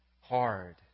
Hard